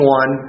one